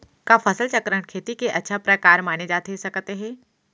का फसल चक्रण, खेती के अच्छा प्रकार माने जाथे सकत हे?